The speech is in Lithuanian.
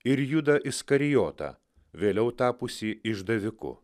ir judą iskarijotą vėliau tapusį išdaviku